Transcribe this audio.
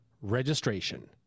registration